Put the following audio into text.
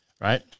right